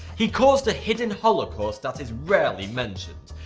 he caused a hidden holocaust that is rarely mentioned,